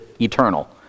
eternal